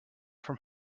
from